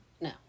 No